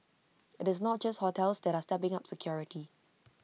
IT is not just hotels that are stepping up security